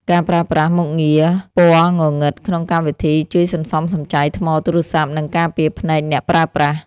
ការប្រើប្រាស់មុខងារពណ៌ងងឹតក្នុងកម្មវិធី ជួយសន្សំសំចៃថ្មទូរសព្ទ និងការពារភ្នែកអ្នកប្រើប្រាស់។